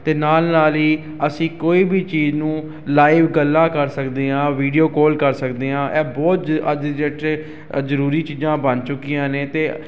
ਅਤੇ ਨਾਲ ਨਾਲ ਹੀ ਅਸੀਂ ਕੋਈ ਵੀ ਚੀਜ਼ ਨੂੰ ਲਾਈਵ ਗੱਲਾਂ ਕਰ ਸਕਦੇ ਹਾਂ ਵੀਡੀਓ ਕੋਲ ਕਰ ਸਕਦੇ ਹਾਂ ਇਹ ਬਹੁਤ ਅੱਜ ਦੀ ਡੇਟ 'ਚ ਜ਼ਰੂਰੀ ਚੀਜ਼ਾਂ ਬਣ ਚੁੱਕੀਆਂ ਨੇ ਅਤੇ